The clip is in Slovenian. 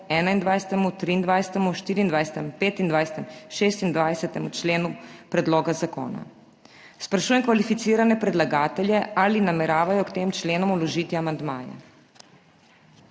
amandma k 32. členu predloga zakona, sprašujem kvalificirane predlagatelje, ali nameravajo k temu členu vložiti amandmaje?